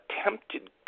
attempted